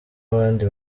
abandi